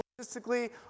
logistically